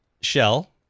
Shell